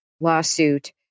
lawsuit